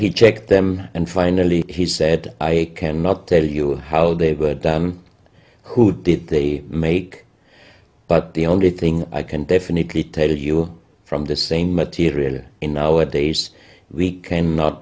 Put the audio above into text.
he checked them and finally he said i cannot tell you how they were done who did they make but the only thing i can definitely tell you from the same material in our days we cannot